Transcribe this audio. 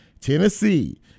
Tennessee